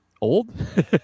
old